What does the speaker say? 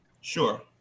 Sure